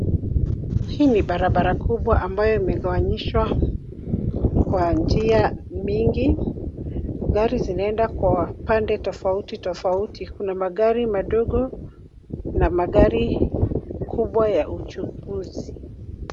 Hii ni barabara kubwa ambayo imegawanishwa kwa njia mingi. Gari zinaenda kwa pande tofauti tofauti. Kuna magari madogo na magari kubwa ya uchukuzi.